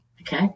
okay